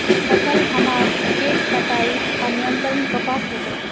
फसल हमार के कटाई का नियंत्रण कपास होचे?